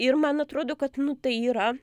ir man atrodo kad nu tai yra